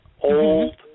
Old